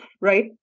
right